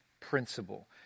principle